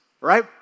right